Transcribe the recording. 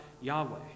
Yahweh